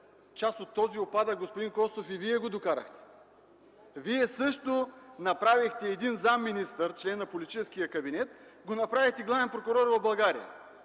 част от този упадък, господин Костов, и Вие го докарахте! Вие също направихте един заместник-министър член на политическия кабинет, главен прокурор на България.